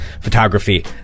Photography